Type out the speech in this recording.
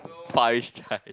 Paris-Chai